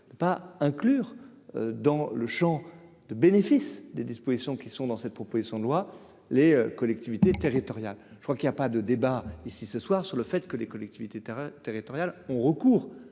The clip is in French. de ne pas inclure dans le Champ de bénéfice des dispositions qui sont dans cette proposition de loi, les collectivités territoriales, je crois qu'il y a pas de débat et si ce soir, sur le fait que les collectivités terrain. Territoriales ont recours